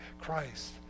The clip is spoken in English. Christ